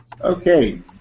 Okay